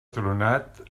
tronat